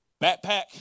Backpack